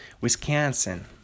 Wisconsin